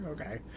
Okay